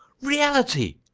reality!